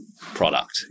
product